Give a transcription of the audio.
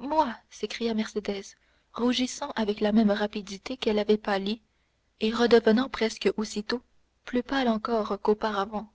moi s'écria mercédès rougissant avec la même rapidité qu'elle avait pâli et redevenant presque aussitôt plus pâle encore qu'auparavant